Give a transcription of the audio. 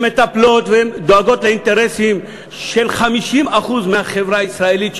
שמטפלות ודואגות לאינטרסים של 50% מהחברה הישראלית,